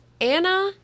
Anna